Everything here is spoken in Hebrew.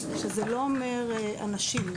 שזה לא אומר אנשים,